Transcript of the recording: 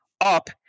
up